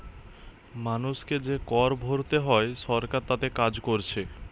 মানুষকে যে কর ভোরতে হয় সরকার তাতে কাজ কোরছে